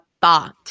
thought